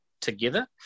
together